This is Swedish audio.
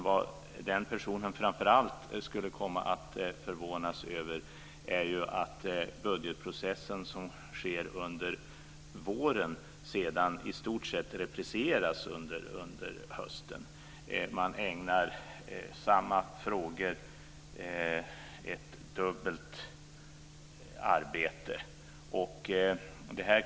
Vad den personen framför allt skulle komma att förvånas över är att budgetprocessen som sker under våren i stort sett repriseras under hösten. Man ägnar dubbelt arbete åt i stort sett samma frågor.